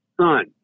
son